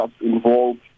involved